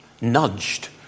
nudged